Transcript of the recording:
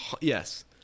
Yes